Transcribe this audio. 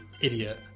Idiot